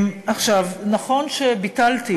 נכון שביטלתי